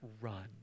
run